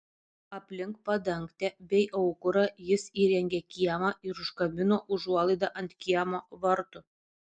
aplink padangtę bei aukurą jis įrengė kiemą ir užkabino užuolaidą ant kiemo vartų